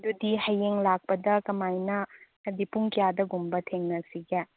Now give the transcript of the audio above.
ꯑꯗꯨꯗꯤ ꯍꯌꯦꯡ ꯂꯥꯛꯄꯗ ꯀꯃꯥꯏꯅ ꯍꯥꯏꯗꯤ ꯄꯨꯡ ꯀꯌꯥꯗꯒꯨꯝꯕ ꯊꯦꯡꯅꯁꯤꯒꯦ